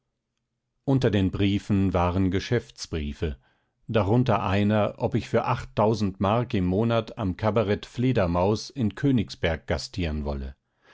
unter den briefen waren geschäftsbriefe darunter einer ob ich für mark im monat am kabarett fledermaus in königsberg gastieren wolle